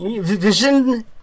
vision